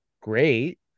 great